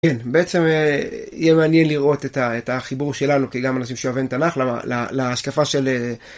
כן, בעצם יהיה מעניין לראות את החיבור שלנו כגם אנשים שאוהבים תנ״ך להשקפה של...